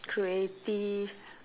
creative